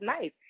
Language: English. nice